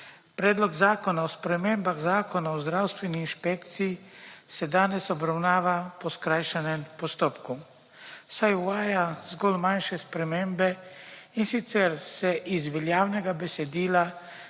Predlog zakona o spremembah Zakona o zdravstveni inšpekciji se danes obravnava po skrajšanem postopku, saj uvaja zgolj manjše spremembe in sicer se iz veljavnega besedila